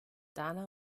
dana